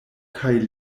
kaj